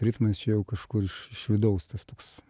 ritmas čia jau kažkur iš iš vidaus tas toks